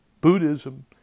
Buddhism